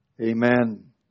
Amen